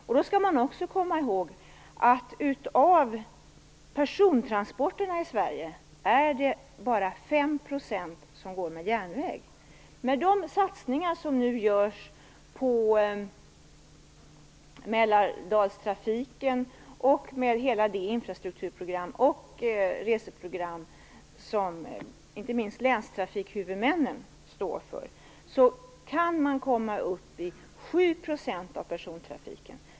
Man skall också komma ihåg att det är bara 5 % av persontransporterna i Sverige som går med järnväg. Med de satsningar som nu görs på mälardalstrafiken och med hela det infrastrukturprogram och reseprogram som inte minst länstrafikhuvudmännen står för, kan man komma upp i 7 % av persontrafiken.